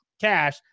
cash